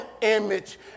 image